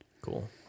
Cool